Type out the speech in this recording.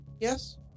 yes